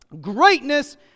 Greatness